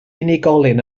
unigolyn